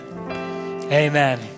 Amen